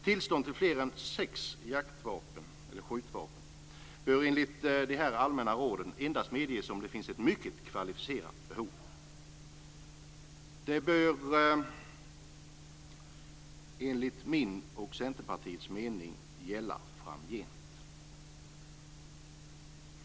Tillstånd till fler än sex jaktvapen eller sjukvapen bör enligt de allmänna råden endast medges om det finns ett mycket kvalificerat behov. Det bör enligt min och Centerpartiets mening gälla framgent.